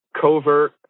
covert